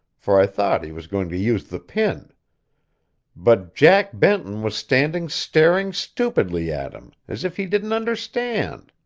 for i thought he was going to use the pin but jack benton was standing staring stupidly at him, as if he didn't understand.